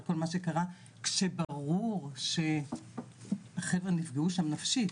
כל מה שקרה כשברור החברה נפגעו שם נפשית